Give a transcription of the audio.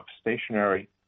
stationary